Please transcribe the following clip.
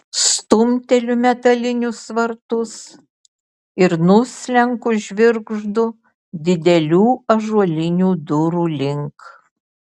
stumteliu metalinius vartus ir nuslenku žvirgždu didelių ąžuolinių durų link